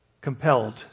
Compelled